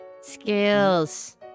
Skills